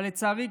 אבל לצערי,